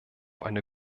eine